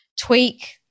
tweak